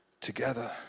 together